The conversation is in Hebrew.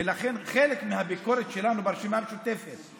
ולכן חלק מהביקורת שלנו ברשימה המשותפת היא